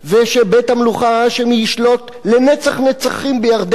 ושבית-המלוכה ההאשמי ישלוט לנצח נצחים בירדן,